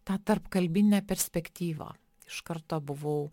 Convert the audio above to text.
tą tarpkalbinę perspektyvą iš karto buvau